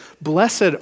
blessed